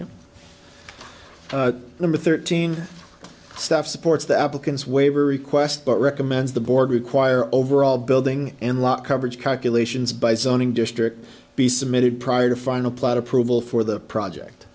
the number thirteen stuff supports the applicant's waiver request but recommends the board require overall building and lot coverage calculations by zoning districts be submitted prior to final plot approval for the project